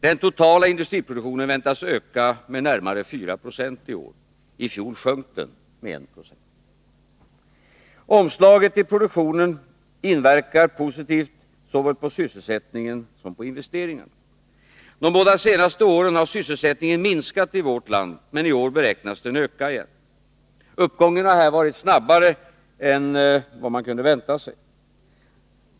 Den totala industriproduktionen väntas öka med närmare 4 Yo i år. I fjol sjönk den med 1 4. Omslaget i produktionen inverkar positivt såväl på sysselsättningen som på investeringarna. De båda senaste åren har sysselsättningen minskat i vårt land, men i år beräknas den öka igen. Uppgången har här varit snabbare än vad man kunde vänta sig.